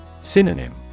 Synonym